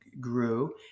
grew